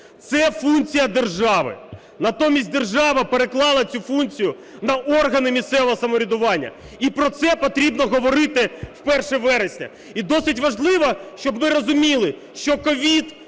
Це функція держави. Натомість держава переклала цю функцію на органи місцевого самоврядування. І про це потрібно говорити в 1 вересня. І досить важливо, щоб ми розуміли, що COVID